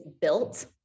built